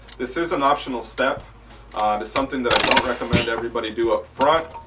this is an optional step there's something that i don't recommend everybody do up front.